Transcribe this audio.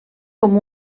com